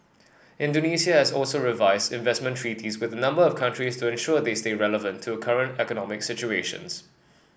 Indonesia has also revise investment treaties with a number of countries to ensure they stay relevant to current economic situations